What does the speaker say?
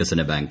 വികസന ബാങ്ക്